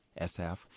SF